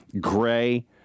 Gray